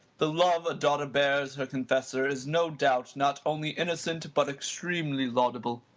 the love a daughter bears her confessor is no doubt not only innocent, but extremely laudable.